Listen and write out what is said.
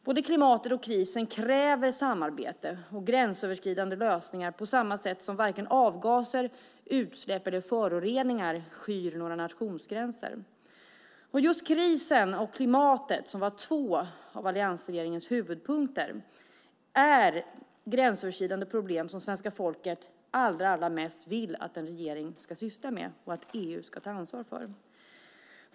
Både klimatet och krisen kräver samarbete och gränsöverskridande lösningar eftersom varken avgaser, utsläpp eller föroreningar skyr några nationsgränser. Just krisen och klimatet, som var två av alliansregeringens huvudpunkter, är gränsöverskridande problem som svenska folket allra mest vill att en regering ska syssla med och att EU ska ta ansvar för.